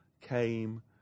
came